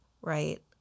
right